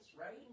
Right